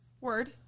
Word